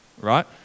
right